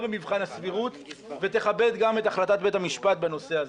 במבחן הסבירות ותכבד גם את החלטת בית המשפט בנושא הזה.